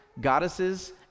goddesses